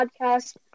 podcast